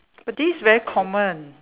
but this is very common